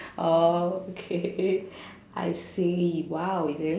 oh okay I see !wow! you very